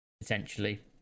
potentially